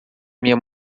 minha